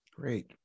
Great